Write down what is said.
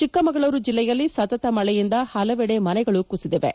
ಚಿಕ್ಕಮಗಳೂರು ಜಿಲ್ಲೆಯಲ್ಲಿ ಸತತ ಮಳೆಯಿಂದ ಹಲವೆಡೆ ಮನೆಗಳು ಕುಸಿದಿವೆ